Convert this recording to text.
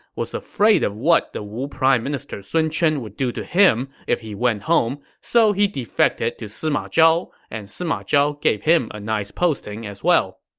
was afraid of what the wu prime minister sun chen would do to him if he went home, so he defected to sima zhao, and sima zhao gave him a nice post as well